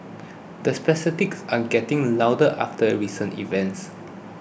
the are getting louder after recent events